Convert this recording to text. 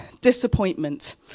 disappointment